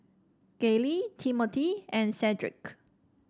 Gayle Timmothy and Cedrick